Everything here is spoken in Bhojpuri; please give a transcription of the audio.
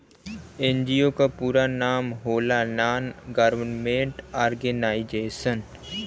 एन.जी.ओ क पूरा नाम होला नान गवर्नमेंट और्गेनाइजेशन